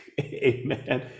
amen